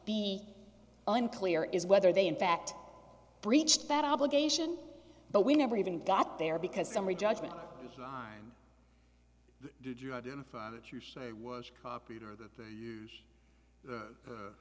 be unclear is whether they in fact breached that obligation but we never even got there because summary judgment did you identify that you say was copied or that they use